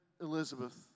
Elizabeth